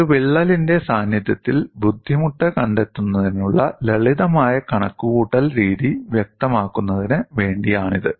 ഒരു വിള്ളലിന്റെ സാന്നിധ്യത്തിൽ ബുദ്ധിമുട്ട് കണ്ടെത്തുന്നതിനുള്ള ലളിതമായ കണക്കുകൂട്ടൽ രീതി വ്യക്തമാക്കുന്നതിന് വേണ്ടിയാണിത്